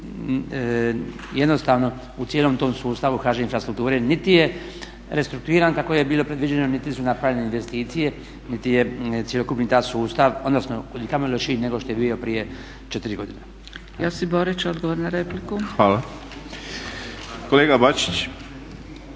jednostavno u cijelom tom sustavu HŽ Infrastrukture niti je restrukturiran kako je bilo predviđeno niti su napravljene investicije, niti je cjelokupni … sustav odnosno kud i kamo lošiji nego što je bio prije četiri godine. **Zgrebec, Dragica (SDP)** Josip Borić